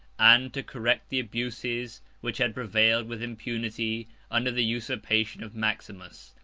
and to correct the abuses which had prevailed with impunity under the usurpation of maximus,